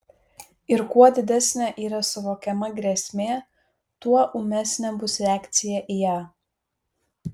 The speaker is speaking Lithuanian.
ir kuo didesnė yra suvokiama grėsmė tuo ūmesnė bus reakcija į ją